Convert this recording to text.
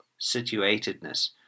situatedness